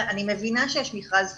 אני מבינה שיש מכרז חדש,